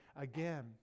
again